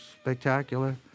spectacular